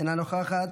אינה נוכחת,